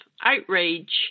outrage